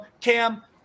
Cam